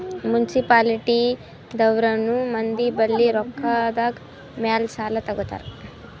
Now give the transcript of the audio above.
municipality ದವ್ರನು ಮಂದಿ ಬಲ್ಲಿ ರೊಕ್ಕಾದ್ ಮ್ಯಾಲ್ ಸಾಲಾ ತಗೋತಾರ್